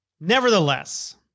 Nevertheless